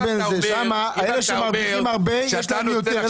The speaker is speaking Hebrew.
אלה שמרוויחים הרבה, יש להם יותר.